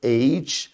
age